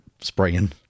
spraying